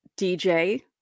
dj